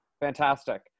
Fantastic